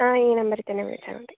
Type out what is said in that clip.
ആ ഈ നമ്പരിൽ തന്നെ വിളിച്ചാൽ മതി